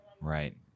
Right